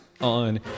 on